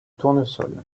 tournesol